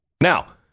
Now